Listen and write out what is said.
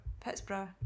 Pittsburgh